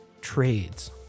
trades